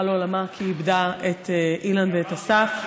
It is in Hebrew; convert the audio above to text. לעולמה כי היא איבדה את אילן ואת אסף.